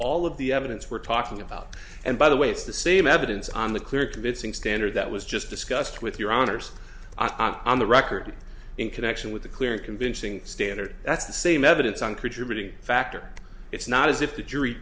all of the evidence we're talking about and by the way it's the same evidence on the clear convincing standard that was just discussed with your honor's i'm the record in connection with the clear and convincing standard that's the same evidence on creature beating factor it's not as if the jury